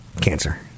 cancer